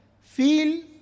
Feel